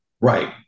Right